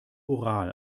oral